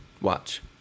Watch